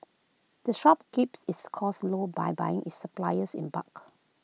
the shop keeps its costs low by buying its suppliers in bulk